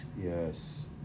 yes